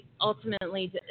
ultimately